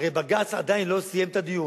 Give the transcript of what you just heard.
הרי בג"ץ עדיין לא סיים את הדיון.